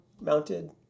mounted